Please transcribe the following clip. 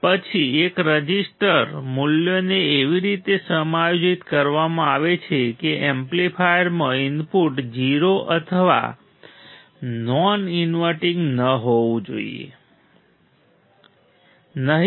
પછી એક રઝિસ્ટર મૂલ્યોને એવી રીતે સમાયોજિત કરવામાં આવે છે કે એમ્પ્લિફાયરમાં ઇનપુટ 0 અથવા નોન ઈન્વર્ટિંગ ન હોવું જોઈએ નહીં